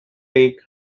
take